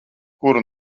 kuru